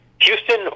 Houston